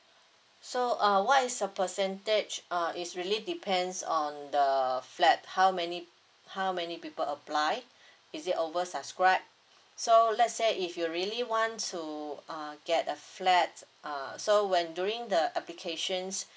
so uh what is your percentage uh is really depends on the flat how many how many people apply is it oversubscribed so let's say if you really want to uh get a flat uh so when during the applications